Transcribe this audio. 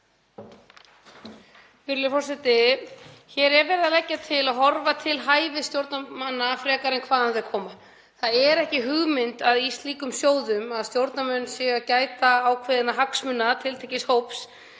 Hér er verið að leggja til að horfa til hæfis stjórnarmanna frekar en hvaðan þeir koma. Það er ekki hugmyndin að í slíkum sjóðum séu stjórnarmenn að gæta ákveðinna hagsmuna tiltekins hóps